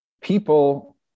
people